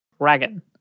dragon